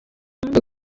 umuntu